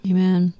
Amen